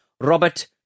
Robert